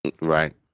right